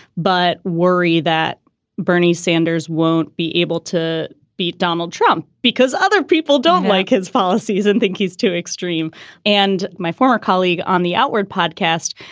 but worry that bernie sanders won't be able to beat donald trump because other people don't like his policies and think he's too extreme and my former colleague on the outward podcast,